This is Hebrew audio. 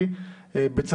ואני מודה לך,